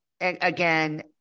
again